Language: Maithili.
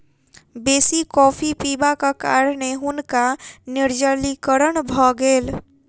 बेसी कॉफ़ी पिबाक कारणें हुनका निर्जलीकरण भ गेल